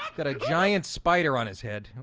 got a giant spider on his head.